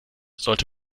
sollte